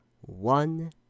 one